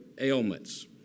ailments